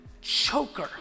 choker